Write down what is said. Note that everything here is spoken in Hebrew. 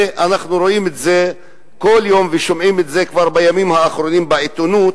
ואנחנו רואים את זה כל יום ושומעים את זה כבר בימים האחרונים בעיתונות,